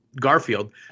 Garfield